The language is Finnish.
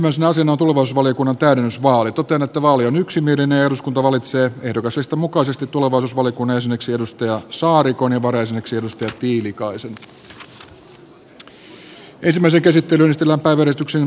totean että vaali on yksimielinen ja että eduskunta valitsee ehdokaslistan mukaisesti tulevaisuusvaliokunnan jäseneksi annika saarikon ja varajäseneksi kimmo tiilikaisen